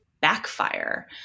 backfire